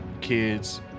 kids